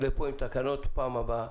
לפה עם תקנות בפעם הבאה,